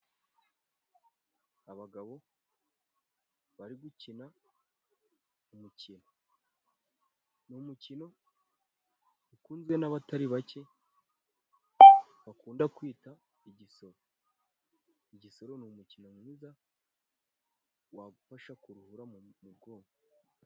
Abagabo bari gukina umukino, umukino ukunzwe n'abatari bake bakunda kwita igisoro, igisoro ni umukino mwiza wagufasha kuruhura mu bwonko.